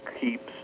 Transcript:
keeps